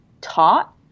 taught